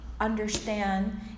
understand